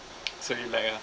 so you like ah